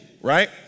right